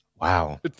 Wow